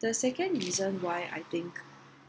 the second reason why I think